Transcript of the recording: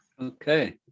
okay